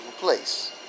place